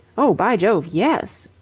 oh, by jove, yes.